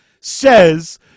says